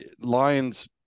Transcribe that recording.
Lions